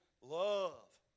love